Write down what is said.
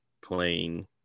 playing